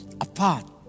apart